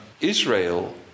Israel